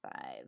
five